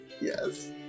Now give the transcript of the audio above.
Yes